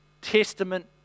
Testament